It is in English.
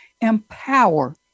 empower